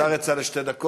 טוב, השר יצא לשתי דקות.